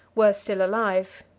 were still alive.